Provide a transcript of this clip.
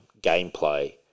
gameplay